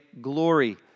glory